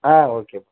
ஆ okay